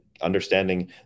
understanding